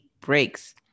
breaks